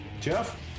Jeff